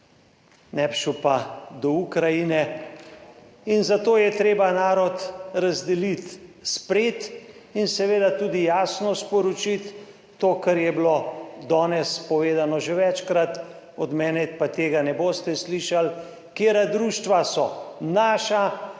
ne bi šel pa do Ukrajine. In zato je treba narod razdeliti, spreti in seveda tudi jasno sporočiti to kar je bilo danes povedano že večkrat od mene, pa tega ne boste slišali, katera društva so naša,